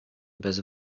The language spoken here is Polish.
bez